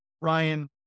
Ryan